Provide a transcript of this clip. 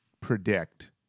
predict